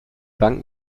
bank